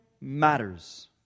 matters